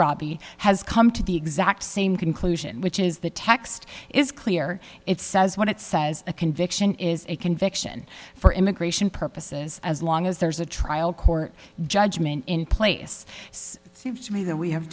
rabi has come to the exact same conclusion which is the text is clear it says what it says a conviction is a conviction for immigration purposes as long as there's a trial court judgment in place it seems to me that we have